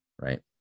right